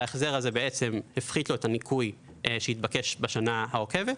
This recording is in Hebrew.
ההחזר הזה הפחית לו את הניכוי שהתבקש בשנה העוקבת,